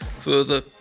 further